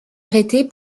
arrêter